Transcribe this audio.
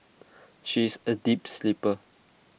she is A deep sleeper